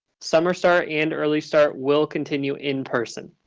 summer start and early start will continue in person.